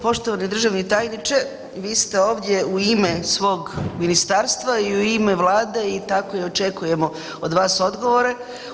Poštovani državni tajniče, vi ste ovdje u ime svog ministarstva i u ime Vlade i tako i očekujemo od vas odgovore.